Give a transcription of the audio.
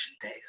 days